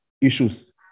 issues